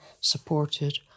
supported